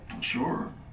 Sure